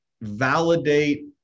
validate